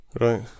Right